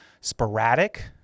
sporadic